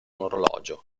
orologio